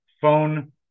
phone